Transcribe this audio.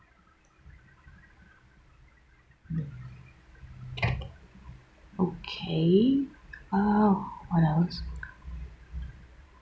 okay uh what else